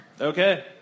Okay